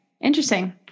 Interesting